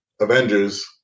Avengers